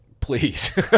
Please